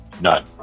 None